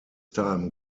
time